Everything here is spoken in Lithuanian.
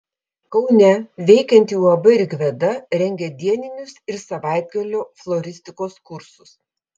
kaune veikianti uab rigveda rengia dieninius ir savaitgalio floristikos kursus